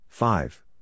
Five